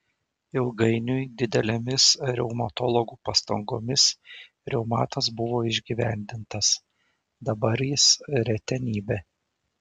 ilgainiui didelėmis reumatologų pastangomis reumatas buvo išgyvendintas dabar jis retenybė